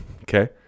okay